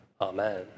Amen